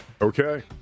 Okay